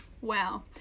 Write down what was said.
wow